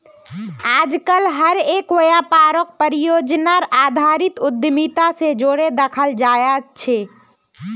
आजकल हर एक व्यापारक परियोजनार आधारित उद्यमिता से जोडे देखाल जाये छे